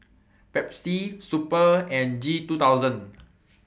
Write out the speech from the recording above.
Pepsi Super and G two thousand